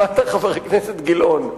שמעת, חבר הכנסת גילאון?